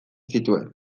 zituen